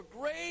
great